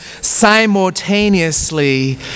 simultaneously